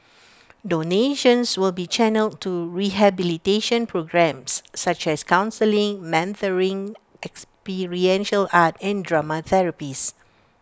donations will be channelled to rehabilitation programmes such as counselling mentoring experiential art and drama therapies